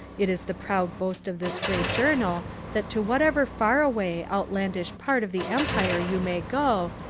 it is the proud boast of this great journal that to whatever far away, outlandish part of the empire you may go,